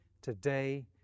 today